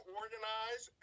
organize